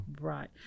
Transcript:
Right